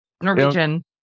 Norwegian